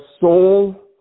soul